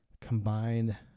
combine